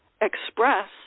express